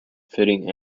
fitting